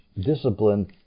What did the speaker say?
discipline